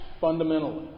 fundamentally